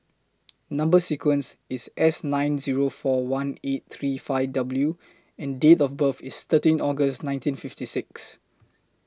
Number sequence IS S nine Zero four one eight three five W and Date of birth IS thirteen August nineteen fifty six